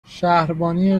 شهربانی